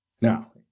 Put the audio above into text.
Now